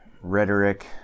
rhetoric